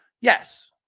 Yes